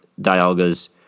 Dialga's